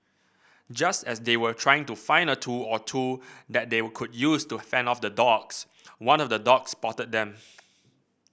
just as they were trying to find a tool or two that they could use to fend off the dogs one of the dogs spotted them